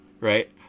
right